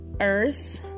Earth